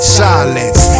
silence